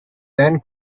then